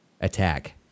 attack